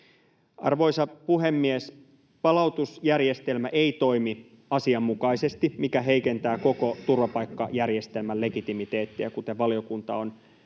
Arvoisa puhemies! Palautusjärjestelmä ei toimi asianmukaisesti, mikä heikentää koko turvapaikkajärjestelmän legitimiteettiä, kuten valiokunta on